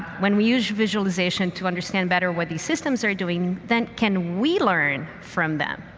when we use visualization to understand better what the systems are doing, then can we learn from them?